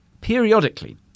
Periodically